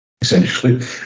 essentially